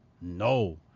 no